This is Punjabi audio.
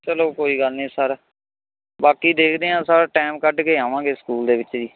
ਚਲੋ ਕੋਈ ਗੱਲ ਨਹੀਂ ਸਰ ਬਾਕੀ ਦੇਖਦੇ ਹਾਂ ਸਰ ਟਾਇਮ ਕੱਢ ਕੇ ਆਵਾਂਗੇ ਸਕੂਲ ਦੇ ਵਿੱਚ ਜੀ